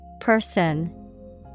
Person